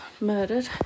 murdered